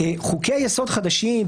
חוקי יסוד חדשים,